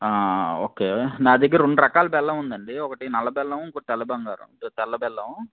okay నా దగ్గర రెండు రకాల బెల్లం ఉందండి ఒకటి నల్ల బెల్లం ఇంకోటి తెల్ల బంగారం తు తెల్ల బెల్లం